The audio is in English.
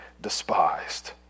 despised